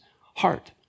heart